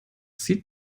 sieht